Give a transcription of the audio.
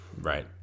right